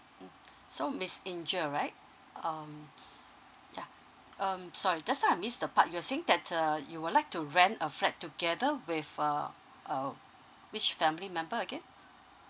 mm so miss angel right um yeah um sorry just now I missed the part you're saying that uh you would like to rent a flat together with err uh which family member again